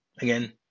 Again